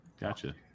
Gotcha